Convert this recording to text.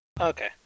Okay